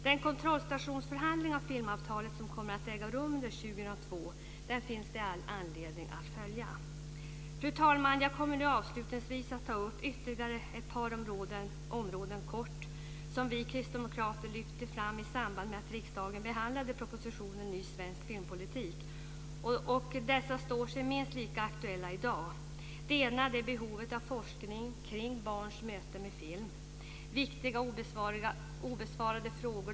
Den kontrollstationsförhandling av filmavtalet som kommer att äga rum år 2002 finns det all anledning att följa. Fru talman! Jag kommer avslutningsvis att kort ta upp ytterligare ett par områden som vi kristdemokrater lyfte fram i samband med att riksdagen behandlade propositionen Ny svensk filmpolitik. Dessa är minst lika aktuella i dag. Det gäller först behovet av forskning kring barns möte med film. Det finns viktiga obesvarade frågor.